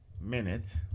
minute